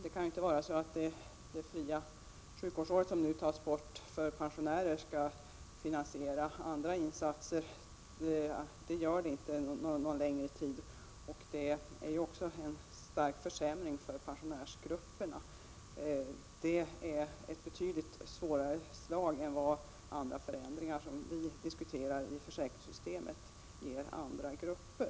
Man kan inte genom att ta bort det fria sjukvårdsåret för pensionärer finansiera andra insatser, i varje fall inte någon längre tid. Det innebär också en stark försämring för pensionärsgrupperna. Detta är ett betydligt svårare slag för den gruppen än de förändringar i försäkringssystemet som vi diskuterar för andra grupper.